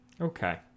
Okay